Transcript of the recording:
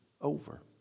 over